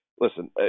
listen